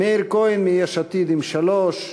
מאיר כהן מיש עתיד עם שלוש,